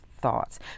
thoughts